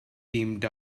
teamed